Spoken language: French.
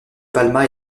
palma